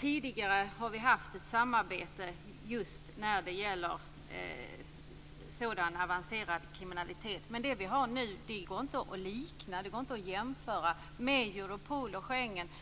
Tidigare har vi haft ett samarbete just när det gäller sådan avancerad kriminalitet. Men det vi har nu går inte att jämföra med Europol och Schengensamarbetet.